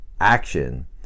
action